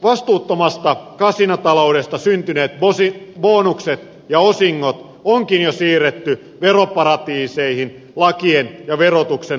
vastuuttomasta kasinotaloudesta syntyneet bonukset ja osingot onkin jo siirretty veroparatiiseihin lakien ja verotuksen ulottumattomiin